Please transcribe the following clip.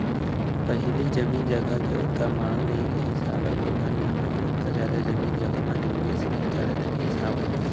पहिली जमीन जघा के ओतका मांग नइ रहिस हावय लोगन मन ह ओतका जादा जमीन जघा म निवेस नइ करत रहिस हावय